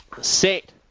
Set